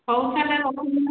ହଉ ତାହେଲେ ରଖୁଛି